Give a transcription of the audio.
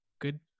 good